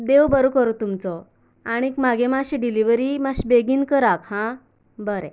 देव बरो करूं तुमचो आनीक म्हागे मातशी डिलीवरी मातशी बेगीन कराक हा बरें